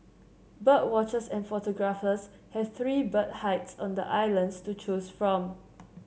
bird watchers and photographers have three bird hides on the island to choose from